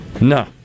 No